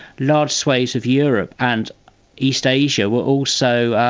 large swathes of europe and east asia were also